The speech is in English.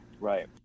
Right